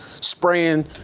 spraying